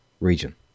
region